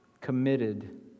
committed